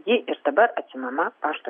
ji ir dabar atsiimama pašto